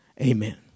Amen